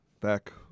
back